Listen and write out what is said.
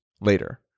later